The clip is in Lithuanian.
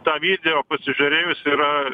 tą video pasižiūrėjus yra